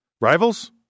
Rivals